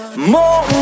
More